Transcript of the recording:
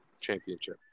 championship